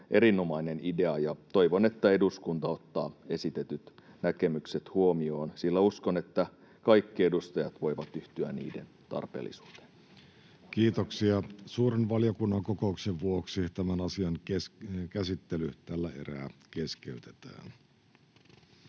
erinomainen idea, ja toivon, että eduskunta ottaa esitetyt näkemykset huomioon, sillä uskon, että kaikki edustajat voivat yhtyä niiden tarpeellisuuteen. Kiitoksia. — Suuren valiokunnan kokouksen vuoksi tämän asian käsittely tällä erää keskeytetään.